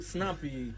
Snappy